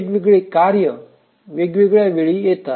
वेगवेगळे कार्य वेगवेगळ्या वेळी येतात